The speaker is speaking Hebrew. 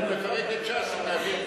אבל אם נפרק את ש"ס אז נעביר את הכול,